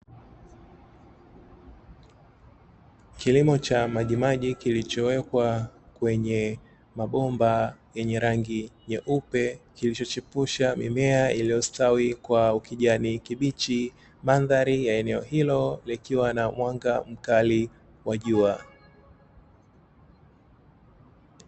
Kilimo cha majimaji kilichowekwa kwenye mabomba yenye rangi nyeupe kilichochepusha mimea iliyostawi kwa ukijani kibichi, mandhari ya eneo hilo likiwa na mwanga mkali wa jua.